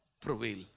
prevail